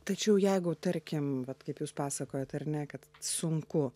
tačiau jeigu tarkim vat kaip jūs pasakojot ar ne kad sunku